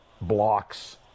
blocks